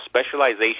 Specialization